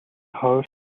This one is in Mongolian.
ховор